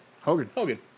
Hogan